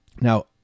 Now